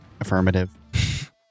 Affirmative